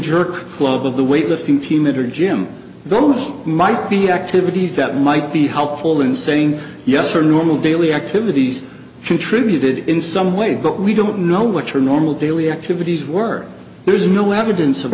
jerk club of the weightlifting team that are gym those might be activities that might be helpful in saying yes or normal daily activities contributed in some way but we don't know what your normal daily activities were there's no evidence of